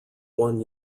one